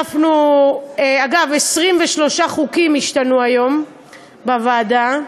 אגב, 23 חוקים השתנו היום בוועדה,